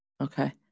Okay